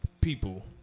People